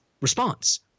response